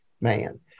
man